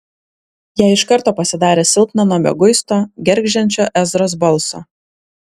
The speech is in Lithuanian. jai iš karto pasidarė silpna nuo mieguisto gergždžiančio ezros balso